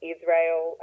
Israel